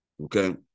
Okay